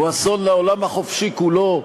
הוא אסון לעולם החופשי כולו,